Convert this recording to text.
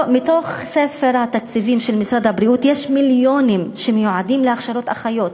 בספר התקציבים של משרד הבריאות יש מיליונים שמיועדים להכשרת אחיות,